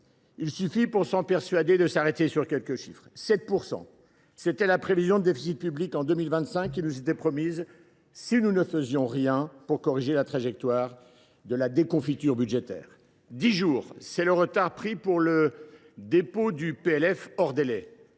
Il suffit pour s’en persuader de s’arrêter sur quelques chiffres : 7 %, c’est la prévision de déficit public qui nous était promise pour 2025 si nous ne faisions rien pour corriger la trajectoire de la déconfiture budgétaire ; dix jours, c’est le retard pris pour le dépôt du projet de loi